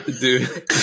Dude